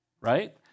right